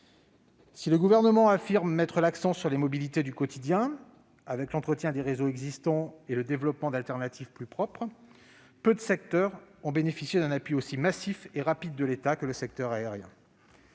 Si le Gouvernement affirme mettre l'accent sur les mobilités du quotidien avec l'entretien des réseaux existants et le développement d'alternatives plus propres, peu de secteurs ont bénéficié d'un appui aussi massif et rapide de l'État que l'aérien.